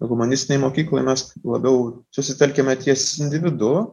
humanistinėj mokykla mes labiau susitelkiame ties individu